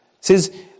says